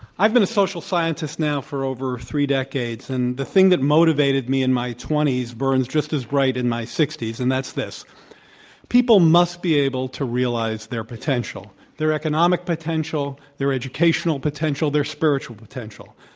i've been a social scientist now for over three decades, and the thing that motivated me in my twenty s burns just as bright in my sixty s, and that's this people must be able to realize their potential their economic potential, their educational potential, their spiritual potential.